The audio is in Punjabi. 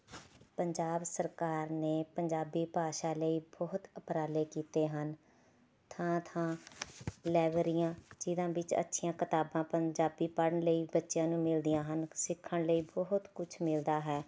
ਪੰਜਾਬ ਸਰਕਾਰ ਨੇ ਪੰਜਾਬੀ ਭਾਸ਼ਾ ਲਈ ਬਹੁਤ ਉਪਰਾਲੇ ਕੀਤੇ ਹਨ ਥਾਂ ਥਾਂ ਲਾਇਬ੍ਰੇਰੀਆਂ ਜਿਨ੍ਹਾਂ ਵਿੱਚ ਅੱਛੀਆਂ ਕਿਤਾਬਾਂ ਪੰਜਾਬੀ ਪੜ੍ਹਨ ਲਈ ਬੱਚਿਆਂ ਨੂੰ ਮਿਲਦੀਆਂ ਹਨ ਸਿੱਖਣ ਲਈ ਬਹੁਤ ਕੁਝ ਮਿਲਦਾ ਹੈ